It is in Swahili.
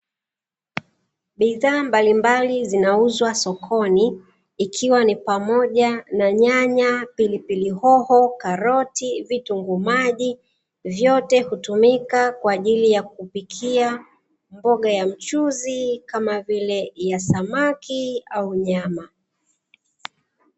Bidhaa mbalimbali zinauzwa sokoni, ikiwa ni pamoja na nyanya, pilipili hoho, karoti, vitunguu maji vyote hutumika kwa ajili ya kupikia mboga ya mchuzi kama vile ya samakiwa au nyama.